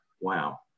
wow